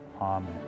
amen